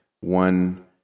one